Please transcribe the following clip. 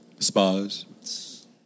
Spas